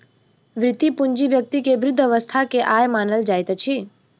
वृति पूंजी व्यक्ति के वृद्ध अवस्था के आय मानल जाइत अछि